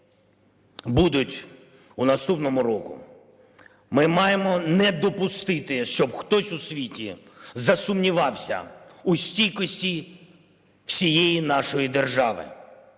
будуть у наступному році, ми маємо не допустити, щоб хтось у світі засумнівався у стійкості всієї нашої держави.